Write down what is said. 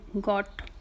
got